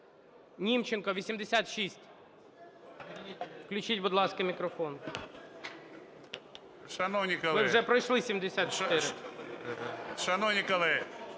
Німченко, 86. Включіть, будь ласка, мікрофон. Ми вже пройшли